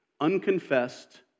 unconfessed